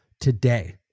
today